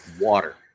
Water